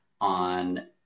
on